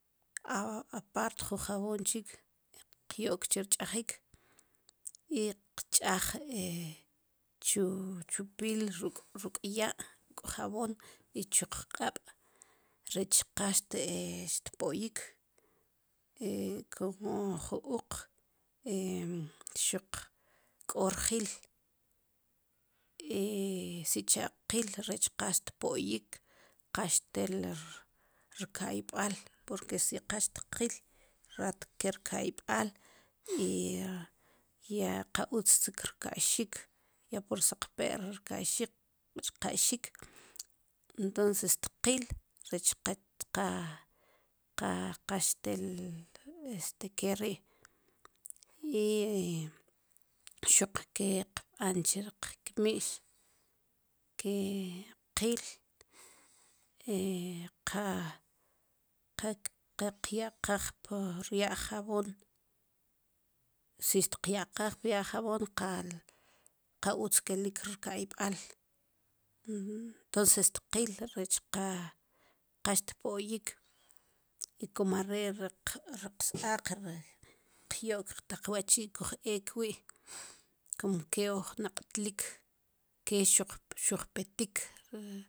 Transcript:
apart jun jabon chik qyo'k chir ch'ajik i qch'aj chu piil ruk' ya', ruk' jabon i chuq q'ab' rech qaxte xpo'yik como ju uq xuq q'o rjil sicha' qil rech qaxtpo'yik qaxtel rk'ayb'aal porque si qa xtqiil raat kel rk'ayb'aal ya qautz chik rka'yxik ya pur saqpe'r rka'yxik entonces tqiil rech qa qa xtel ke ri'; i xuq ke qb'an chi riq kmi'x ke qil qa qa qya'qaj pwu rya'l jabon si xtqya'qaj prya'l jabon qa utz kelik rka'yb'al entonces tqil rech qa xtpo'yik i kumo are' ri qsaaq ri qyo'k taq wachi' kuj eek wi', como ke wu ojnaq'tlik ke xuj petik